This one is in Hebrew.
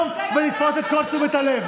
פעם אחת לא הגנת על נשות דרום תל אביב.